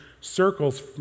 circles